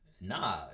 Nah